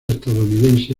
estadounidense